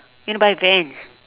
you want to buy vans